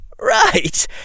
Right